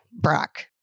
Brock